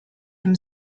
him